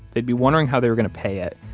they'd be wondering how they were going to pay it,